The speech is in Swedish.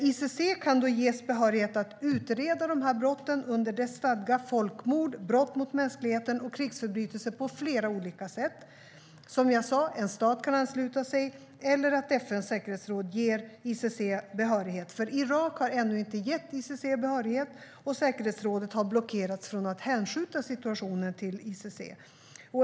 ICC kan då ges behörighet att utreda brotten under dess stadga om folkmord, brott mot mänskligheten och krigsförbrytelser på flera olika sätt. En stat kan ansluta sig, som jag sa, eller FN:s säkerhetsråd kan ge ICC behörighet. Irak har ännu inte gett ICC behörighet, och säkerhetsrådet har blockerats från att hänskjuta situationen till ICC.